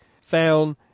found